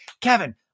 Kevin